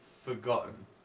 forgotten